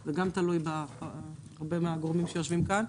זה גם תלוי בגורמים שיושבים כאן,